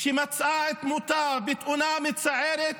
שמצאה את מותה בתאונה מצערת,